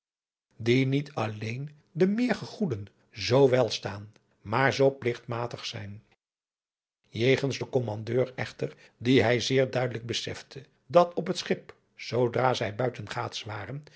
die niet alleen den meer gegoeden zoo wel staan maar zoo pligtmatig zijn jegens den kommandeur echter die hij zeer duidelijk besefte dat op het schip zoodra zij